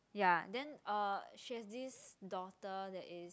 ya then uh she has this daughter that is